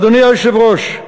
אדוני היושב-ראש,